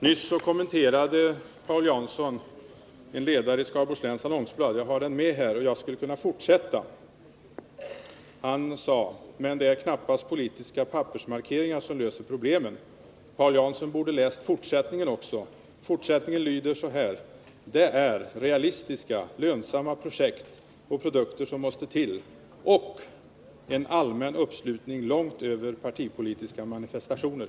Nyss kommenterade Paul Jansson en ledare i Skaraborgs Läns Annonsblad. Jag har med mig den ledaren här, och jag skulle kunna fortsätta att läsa ur den. Paul Jansson citerade följande: ”Men det är knappast politiska pappersmarkeringar som löser problemen.” Paul Jansson borde ha läst upp fortsättningen också. Den lyder: ”Det är realistiska, lönsamma projekt och produkter som måste till. Och en allmän uppslutning långt över partipolitiska manifestationer.”